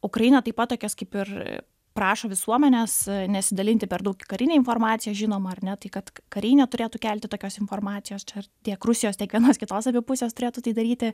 ukraina taip pat tokias kaip ir prašo visuomenės nesidalinti per daug karine informacija žinoma ar ne tai kad kariai neturėtų kelti tokios informacijos ar tiek rusijos tiek vienos kitos abi pusės turėtų tai daryti